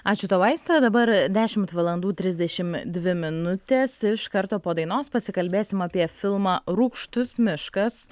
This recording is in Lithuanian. ačiū tau aiste dabar dešimt valandų trisdešim dvi minutės iš karto po dainos pasikalbėsim apie filmą rūgštus miškas